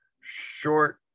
short